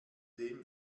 dem